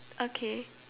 okay